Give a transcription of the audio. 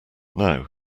now